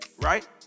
Right